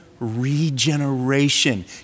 regeneration